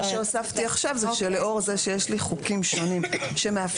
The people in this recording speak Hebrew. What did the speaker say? מה שהוספתי עכשיו זה שלאור זה שיש לי חוקים שונים שמאפשרים